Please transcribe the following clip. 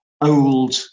old